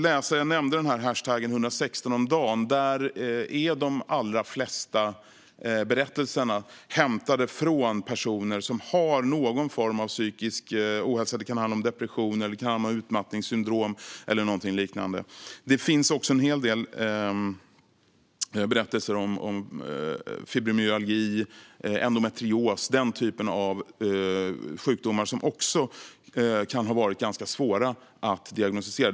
Jag nämnde #116omdagen, där de allra flesta berättelserna är hämtade från personer som har någon form av psykisk ohälsa. Det kan handla om depression, utmattningsdepression eller liknande. Det finns också en hel del berättelser om fibromyalgi, endometrios och den typen av sjukdomar, som också kan vara ganska svåra att diagnostisera.